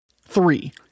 Three